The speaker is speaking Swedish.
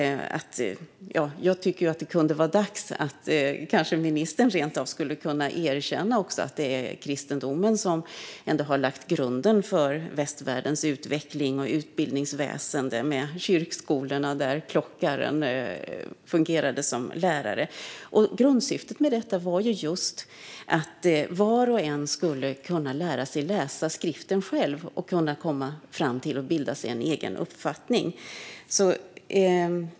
Jag tycker att ministern rent av skulle kunna erkänna att det är kristendomen som har lagt grunden för västvärldens utveckling och utbildningsväsen med kyrkskolorna, där klockaren fungerade som lärare. Grundsyftet med det var ju just att var och en skulle kunna lära sig läsa skriften själv och bilda sig en egen uppfattning.